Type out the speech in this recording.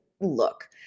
look